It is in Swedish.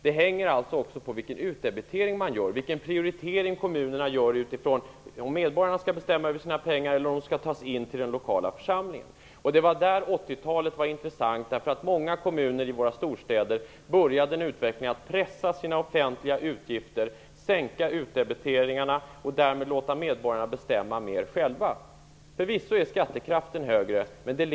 Det hänger alltså också på vilken utdebitering som görs, vilken prioritering kommunerna gör utifrån frågan om det är medborgarna som skall bestämma över sina pengar eller om dessa skall tas in till den lokala församlingen. 80-talet var i detta avseende intressant. Många kommuner i våra storstäder påbörjade då en utveckling mot att pressa ned sina offentliga utgifter och mot att sänka utdebiteringarna. Därmed fick medborgarna bestämma mer själva. Förvisso är skattekraften högre på vissa håll än på andra.